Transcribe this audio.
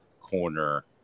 corner